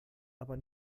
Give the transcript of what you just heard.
aber